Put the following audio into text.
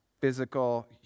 physical